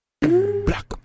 black